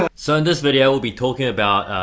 ah so in this video we'll be talking about